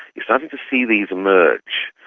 you're starting to see these emerge.